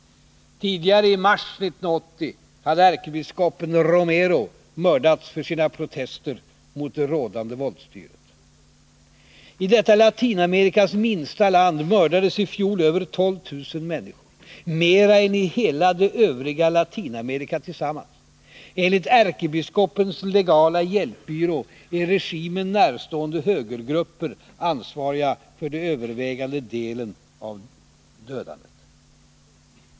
Tidigare, i mars 1980, hade ärkebiskopen Romero mördats för sina protester mot det rådande våldsstyret. I detta Latinamerikas minsta land mördades i fjol över 12 000 människor, mera än i hela det övriga Latinamerika tillsammans. Enligt ärkebiskopens legala hjälpbyrå är regimen närstående högergrupper ansvariga för den överväldigande delen av dödandet.